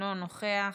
אינו נוכח,